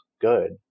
good